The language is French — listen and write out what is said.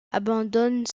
abandonne